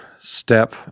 step